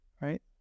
right